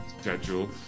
Schedule